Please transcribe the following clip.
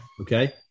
Okay